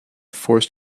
forced